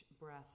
breath